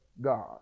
God